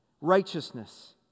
righteousness